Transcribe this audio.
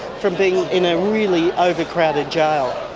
from being in a really overcrowded jail.